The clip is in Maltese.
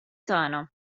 tagħna